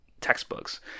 textbooks